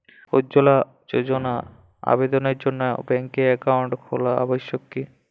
উজ্জ্বলা যোজনার আবেদনের জন্য ব্যাঙ্কে অ্যাকাউন্ট খোলা আবশ্যক কি?